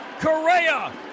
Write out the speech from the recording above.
Correa